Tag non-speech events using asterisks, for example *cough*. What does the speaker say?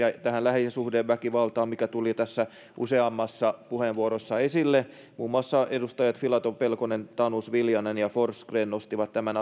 tähän lähisuhdeväkivaltaan mikä tuli tässä useammassa puheenvuorossa jo esille muun muassa edustajat filatov pelkonen tanus viljanen ja forsgren nostivat tämän *unintelligible*